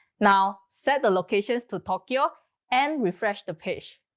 now, set the locations to tokyo and refresh the page.